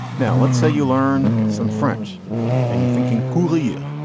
now let's say you learn some french and you're thinking coulier.